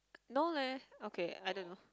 no leh okay I don't know